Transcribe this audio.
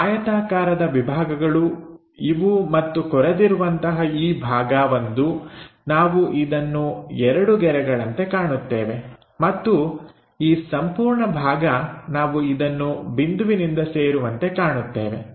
ಆ ಆಯತಾಕಾರದ ವಿಭಾಗಗಳು ಇವು ಮತ್ತು ಕೊರೆದಿರುವಂತಹ ಈ ಭಾಗ ಒಂದು ನಾವು ಇದನ್ನು ಎರಡು ಗೆರೆಗಳಂತೆ ಕಾಣುತ್ತೇವೆ ಮತ್ತು ಈ ಸಂಪೂರ್ಣ ಭಾಗ ನಾವು ಇದನ್ನು ಬಿಂದುವಿನಿಂದ ಸೇರುವಂತೆ ಕಾಣುತ್ತೇವೆ